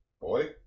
boy